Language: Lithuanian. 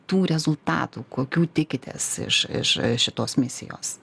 tų rezultatų kokių tikitės iš iš šitos misijos